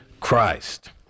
Christ